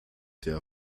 der